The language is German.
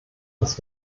das